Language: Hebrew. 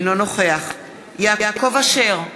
אינו נוכח יעקב אשר,